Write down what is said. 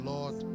Lord